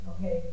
Okay